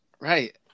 Right